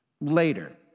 Later